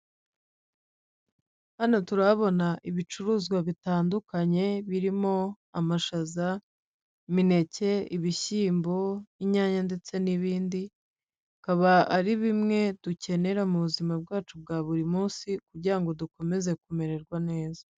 Hano turahabona ibicuruzwa bitandukanye birimo: amashaza, imineke, ibishyimbo, inyanya ndetse n'ibindi, bikaba ari bimwe dukenera mu buzima bwacu bwa buri munsi kugira ngo dukomeze kumererwa neza.